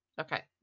Okay